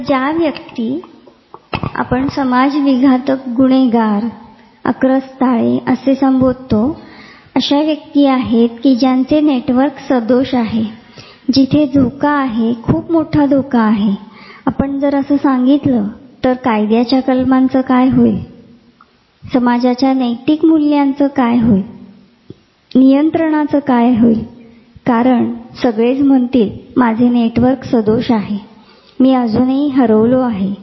तर ज्यां व्यक्तींना आपण समाजविघातक गुन्हेगार आक्रस्ताळे असे संबोधतो त्या अशा व्यक्ती आहेत का ज्यांचे नेटवर्क सदोष आहे तिथे धोका आहे खूप मोठा धोका आहे आपण जर असे सांगितले तर कायद्यातील कलमाचे काय होईल समाजाच्या नैतिक मूल्यांचे काय होईल नियंत्रणाचे काय होईल कारण सगळेच म्हणतील माझे नेटवर्क सदोष आहे मी अजूनही हरवलो नाही